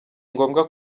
ngombwa